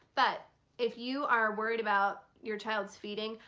but if you are worried about your child's feeding,